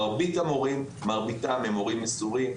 מרבית המורים הם מורים מסורים,